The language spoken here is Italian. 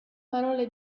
parole